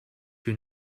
you